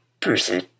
person